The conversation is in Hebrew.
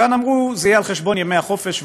כאן אמרו: זה יהיה על חשבון ימי החופש,